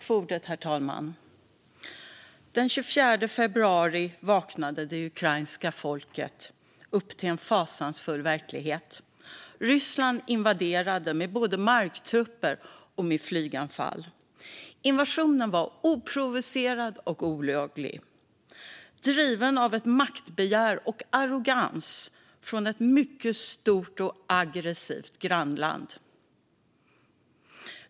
Herr talman! Den 24 februari vaknade det ukrainska folket upp till en fasansfull verklighet. Ryssland invaderade både med marktrupper och med flyganfall. Invasionen var oprovocerad och olaglig. Den var driven av ett maktbegär och en arrogans från ett mycket stort och aggressivt grannland.